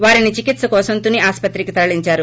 వారిని చికిత్స కోసం తుని ఆస్పత్రికి తరలించారు